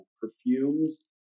perfumes